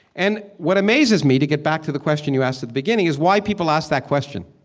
and what amazes me, to get back to the question you asked at the beginning, is why people ask that question.